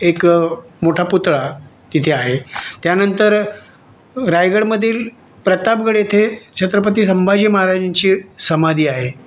एक मोठा पुतळा तिथे आहे त्यानंतर रायगडमधील प्रतापगड येथे छत्रपती संभाजी महाराजांची समाधी आहे